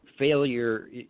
Failure